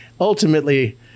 ultimately